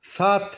সাত